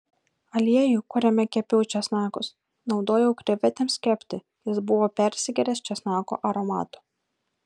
aliejų kuriame kepiau česnakus naudojau krevetėms kepti jis buvo persigėręs česnako aromato